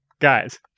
Guys